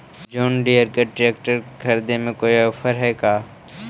जोन Deere के tractor खरिदे में कोई औफर है का?